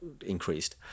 increased